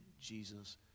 Jesus